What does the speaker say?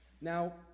Now